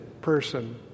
person